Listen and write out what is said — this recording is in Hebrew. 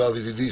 יואב ידידי,